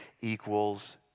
equals